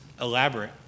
elaborate